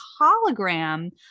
hologram